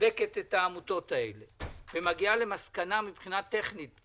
בודקת את העמותות האלה ומגיעה למסקנה מבחינה טכנית,